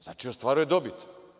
Znači, ostvaruje dobit.